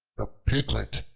the piglet,